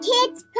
Kids